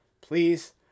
please